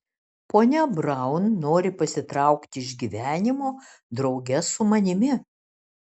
ponia braun nori pasitraukti iš gyvenimo drauge su manimi